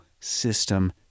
system